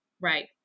Right